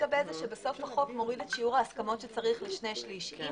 בסוף החוק מוריד את שיעור ההסכמות שצריך לשני שליש.